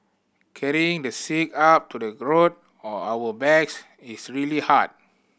carrying the sick up to the road on our backs is really hard